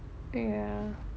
ya